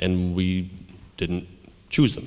and we didn't choose